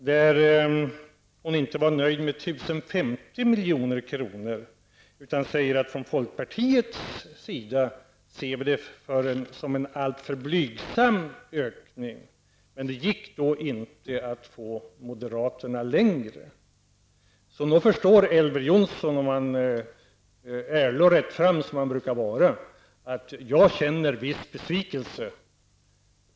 Hon var inte nöjd med 1 050 milj.kr., utan hon sade att från folkpartiets sida såg man detta som en alltför blygsam ökning. Men det gick inte att få med moderaterna på en ytterligare ökning. Om Elver Jonsson är så ärlig och rättfram som han brukar, förstår han nog att jag känner en viss besvikelse.